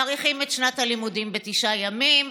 מאריכים את שנת הלימודים בתשעה ימים,